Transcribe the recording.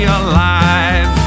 alive